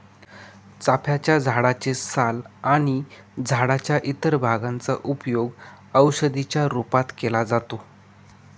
चाफ्याच्या झाडे चे साल आणि झाडाच्या इतर भागांचा उपयोग औषधी च्या रूपात केला जातो